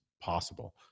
possible